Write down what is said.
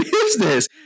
business